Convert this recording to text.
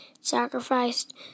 sacrificed